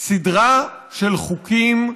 סדרה של חוקים,